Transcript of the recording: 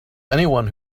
anyone